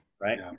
right